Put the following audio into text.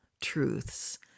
truths